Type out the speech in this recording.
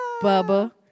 Bubba